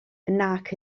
nac